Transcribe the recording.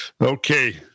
Okay